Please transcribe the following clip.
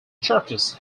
churches